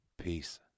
Peace